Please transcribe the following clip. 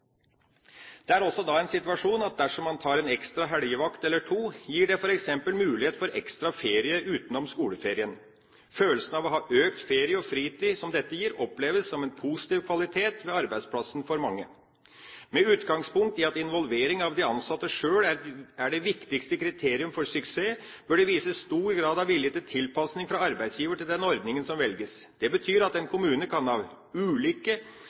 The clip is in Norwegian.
er også at dersom man tar en ekstra helgevakt eller to, gir det f.eks. mulighet for ekstra ferie utenom skoleferien. Følelsen av økt ferie og fritid som dette gir, oppleves som en positiv kvalitet ved arbeidsplassen for mange. Med utgangspunkt i at involvering av de ansatte sjøl er det viktigste kriterium for suksess, bør det vises stor grad av vilje til tilpasning fra arbeidsgiver til den ordningen som velges. Det betyr at en kommune kan ha